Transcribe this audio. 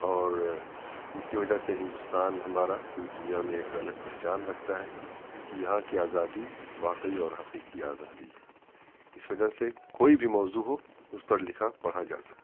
اور اسی وجہ سے ہندوستان ہمارا پوری دنیا میں ایک الگ پہچان رکھتا ہے کہ یہاں كی آزادی واقعی اور حقیقی آزادی ہے اس وجہ سے کوئی بھی موضوع ہو اس پر لکھا پڑھا جا سکتا ہے